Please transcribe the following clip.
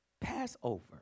Passover